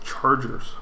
Chargers